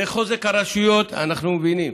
לחוזק הרשויות אנחנו מבינים,